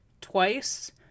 twice